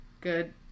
good